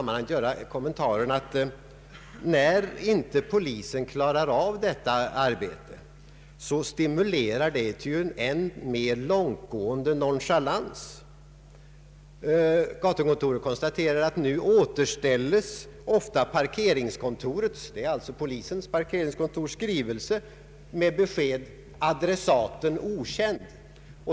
När polisen inte kan klara av detta arbete, så stimulerar det till än mer långtgående nonchalans. Gatukontoret konstaterar att nu återställes ofta parkeringskontorets skrivelse med besked ”Adressaten okänd”.